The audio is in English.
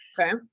Okay